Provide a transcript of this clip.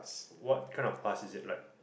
what kind of pass is it like